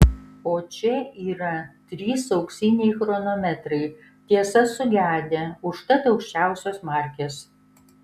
o čia yra trys auksiniai chronometrai tiesa sugedę užtat aukščiausios markės